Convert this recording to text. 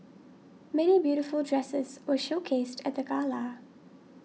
many beautiful dresses were showcased at the gala